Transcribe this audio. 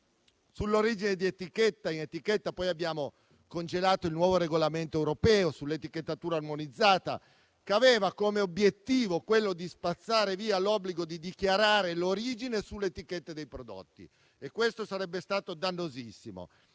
dichiarazione di origine in etichetta abbiamo congelato il nuovo regolamento europeo sull'etichettatura armonizzata, che aveva l'obiettivo di spazzare via l'obbligo di dichiarare l'origine sulle etichette dei prodotti. Questo sarebbe stato dannosissimo.